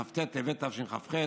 כ"ט בטבת תשכ"ח.